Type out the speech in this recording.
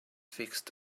fixed